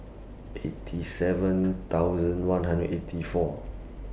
eighty seven thousand one hundred eighty four